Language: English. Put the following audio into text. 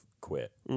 quit